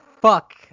fuck